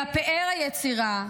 -- אלא פאר היצירה,